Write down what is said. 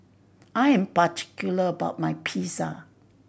I am particular about my Pizza